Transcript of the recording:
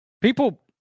people